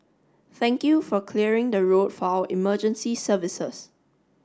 thank you for clearing the road for our emergency services